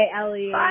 Ellie